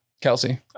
Kelsey